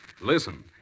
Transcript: listen